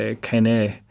keine